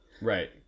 Right